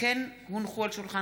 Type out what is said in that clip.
נחמן שי,